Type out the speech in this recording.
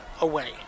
away